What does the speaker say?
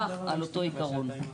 אז כן לעודד גוף התשתית לעשות את השדרוג.